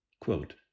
quote